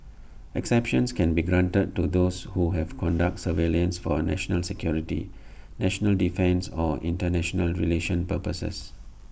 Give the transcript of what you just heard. exceptions can be granted to those who have conduct surveillance for national security national defence or International relations purposes